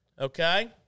Okay